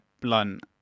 blunt